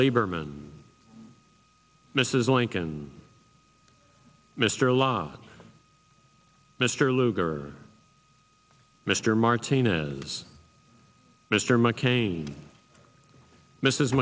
lieberman mrs lincoln mr lott mr lugar mr martinez mr mccain mrs